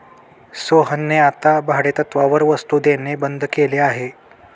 सोहनने आता भाडेतत्त्वावर वस्तु देणे बंद केले आहे